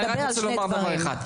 אני רק רוצה לומר דבר אחד.